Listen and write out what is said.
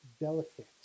delicate